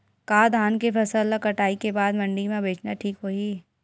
का धान के फसल ल कटाई के बाद मंडी म बेचना ठीक होही?